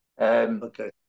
Okay